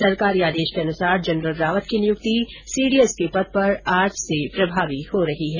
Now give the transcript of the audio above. सरकारी आदेश के अनुसार जनरल रावत की नियुक्ति सीडीएस के पद पर आज से प्रभावी हो रही है